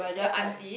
the auntie